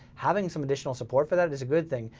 having some additional support for that is a good thing.